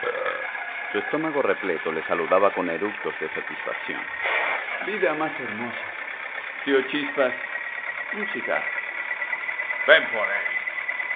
su estómago repleto le saludaba con eructos de satisfacción vida más hermosa tío chispas un cigarro ven por él